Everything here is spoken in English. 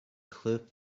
cliff